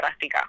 práctica